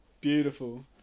Beautiful